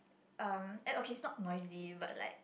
um and okay it's not noisy but like